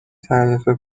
تعرفه